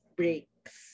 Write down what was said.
breaks